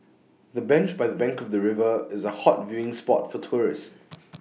the bench by the bank of the river is A hot viewing spot for tourists